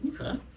Okay